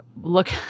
look